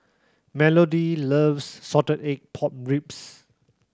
Melodee loves salted egg pork ribs